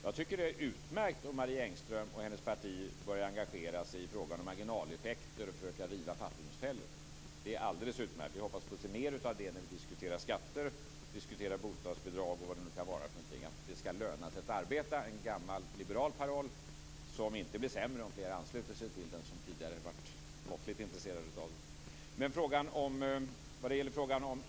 Jag tycker att det är utmärkt om Marie Engström och hennes parti börjar engagera sig i frågan om marginaleffekter och försöker riva fattigdomsfällor. Det är alldeles utmärkt. Vi hoppas att vi får se mer av det när vi diskuterar skatter, bostadsbidrag och vad det nu kan vara för någonting. Det skall löna sig att arbeta. Det är en gammal liberal paroll som inte blir sämre om fler, som tidigare har varit måttligt intresserade, ansluter sig till den.